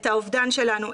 את האובדן שלנו,